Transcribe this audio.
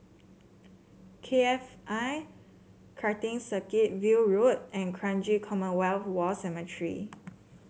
K F I Karting Circuit View Road and Kranji Commonwealth War Cemetery